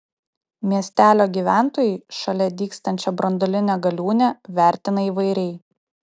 miestelio gyventojai šalia dygstančią branduolinę galiūnę vertina įvairiai